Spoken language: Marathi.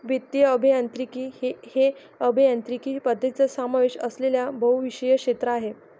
वित्तीय अभियांत्रिकी हे अभियांत्रिकी पद्धतींचा समावेश असलेले बहुविषय क्षेत्र आहे